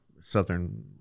Southern